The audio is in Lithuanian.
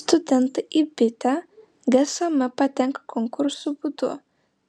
studentai į bitę gsm patenka konkursų būdu